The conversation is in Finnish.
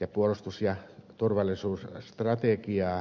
ja puolustus ja turvallisuusstrategiaa toteutetaan